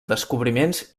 descobriments